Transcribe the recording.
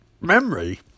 memory